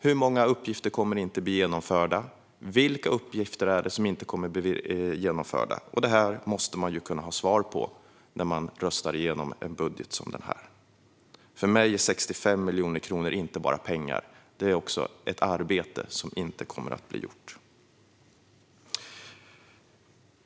Hur många uppgifter kommer inte att bli genomförda? Vilka uppgifter är det som inte kommer att bli genomförda? Det måste man kunna svara på när man röstar igenom en budget som den här. För mig är 65 miljoner kronor inte bara pengar. Det är också ett arbete som inte kommer att bli gjort.